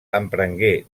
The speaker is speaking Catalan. emprengué